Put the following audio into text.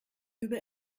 über